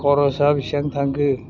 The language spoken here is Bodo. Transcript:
खरसा बेसेबां थांखो